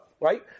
right